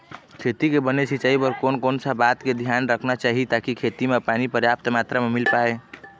खेती के बने सिचाई बर कोन कौन सा बात के धियान रखना चाही ताकि खेती मा पानी पर्याप्त मात्रा मा मिल पाए?